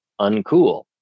uncool